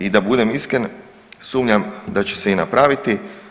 I da budem iskren, sumnjam da će se i napraviti.